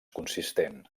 consistent